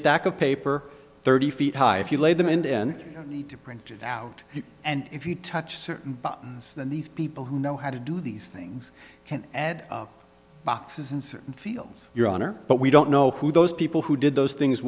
stack of paper thirty feet high if you laid them end in need to print it out and if you touch certain buttons then these people who know how to do these things can add boxes in certain fields your honor but we don't know who those people who did those things